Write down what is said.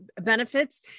benefits